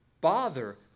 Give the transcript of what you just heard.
bother